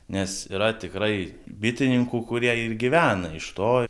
nes yra tikrai bitininkų kurie ir gyvena iš to